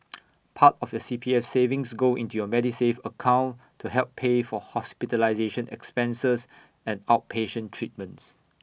part of your C P F savings go into your Medisave account to help pay for hospitalization expenses and outpatient treatments